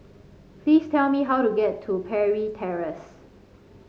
please tell me how to get to Parry Terrace